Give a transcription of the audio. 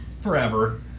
forever